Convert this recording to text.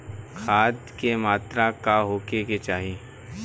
खाध के मात्रा का होखे के चाही?